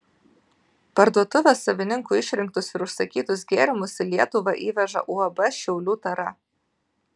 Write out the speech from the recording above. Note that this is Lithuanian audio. parduotuvės savininkų išrinktus ir užsakytus gėrimus į lietuvą įveža uab šiaulių tara